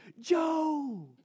Joe